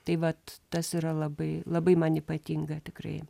tai vat tas yra labai labai man ypatinga tikrai